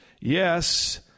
Yes